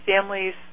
families